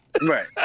Right